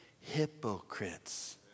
hypocrites